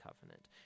Covenant